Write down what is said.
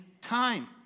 time